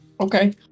Okay